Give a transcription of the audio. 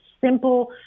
simple